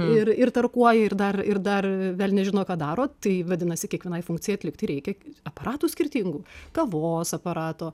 ir ir tarkuoja ir dar ir dar velnias žino ką daro tai vadinasi kiekvienai funkcijai atlikti reikia aparatų skirtingų kavos aparato